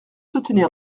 soutenir